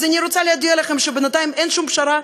אז אני רוצה להודיע לכם שבינתיים אין שום פשרה,